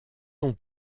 ont